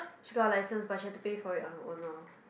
she got a license but she have to pay for it on her own lor